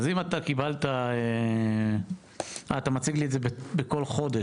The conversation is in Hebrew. אז אם אתה קיבלת, אתה מציג לי את זה בכל חודש.